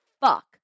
fuck